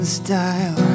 style